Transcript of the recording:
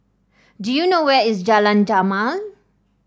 do you know where is Jalan Jamal